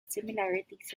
similarities